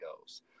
goes